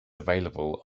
available